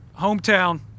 hometown